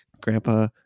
grandpa